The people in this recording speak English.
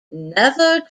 never